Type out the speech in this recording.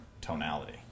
tonality